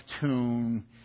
tune